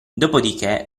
dopodiché